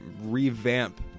revamp